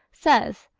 says,